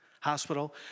hospital